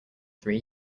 three